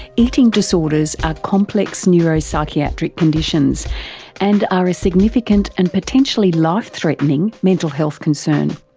eating disorders are complex neuropsychiatric conditions and are a significant and potentially life-threatening mental health concern.